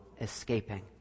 escaping